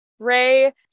Ray